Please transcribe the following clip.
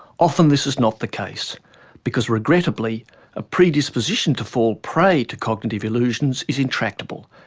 often this is not the case because regrettably a predisposition to fall prey to cognitive illusions is intractable,